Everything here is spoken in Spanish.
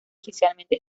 oficialmente